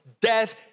Death